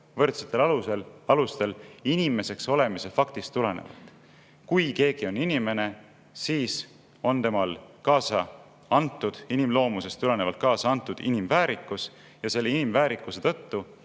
võrdsetel alustel inimeseks olemise faktist tulenevalt. Kui keegi on inimene, siis on temale inimloomusest tulenevalt kaasa antud inimväärikus ja selle inimväärikuse tõttu